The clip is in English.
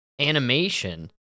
animation